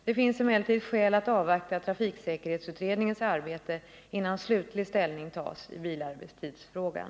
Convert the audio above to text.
Det finns emellertid skäl att avvakta trafiksäkerhetsutredningens arbete innan slutlig ställning tas i bilarbetstidsfrågan.